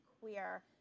queer